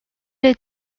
est